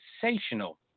sensational